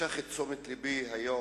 משכה את תשומת לבי היום